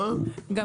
אני לא מבין בזה.